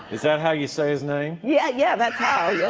is that how you say his name? yeah, yeah that's how, yeah